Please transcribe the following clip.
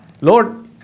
Lord